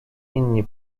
inni